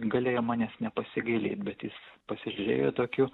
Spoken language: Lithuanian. galėjo manęs nepasigailėt bet jis pasižiūrėjo tokiu